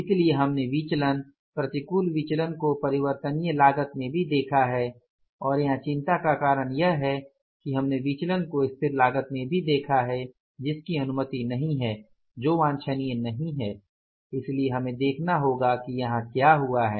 इसलिए हमने विचलन प्रतिकूल विचलन को परिवर्तनीय लागत में भी देखा है और यहां चिंता का कारण यह है कि हमने विचलन को स्थिर लागत में भी देखा है जिसकी अनुमति नहीं है जो वांछनीय नहीं है इसलिए हमें देखना होगा कि यहाँ क्या हुआ है